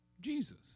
Jesus